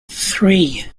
three